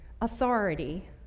authority